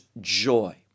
joy